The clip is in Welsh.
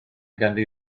ganddi